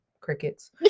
crickets